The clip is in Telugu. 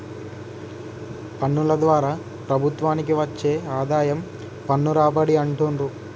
పన్నుల ద్వారా ప్రభుత్వానికి వచ్చే ఆదాయం పన్ను రాబడి అంటుండ్రు